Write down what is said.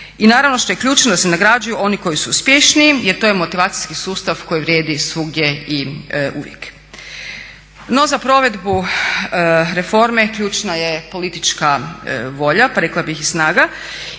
I naravno što je ključno da se nagrađuju oni koji su uspješniji jer to je motivacijski sustav koji vrijedi svugdje i uvijek. No, za provedbu reforme ključna je politička volja pa rekla bih i snaga.